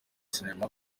sinema